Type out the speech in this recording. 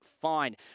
fine